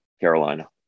Carolina